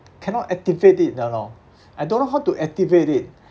cannot activate it you know I don't know how to activate it